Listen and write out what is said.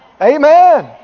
Amen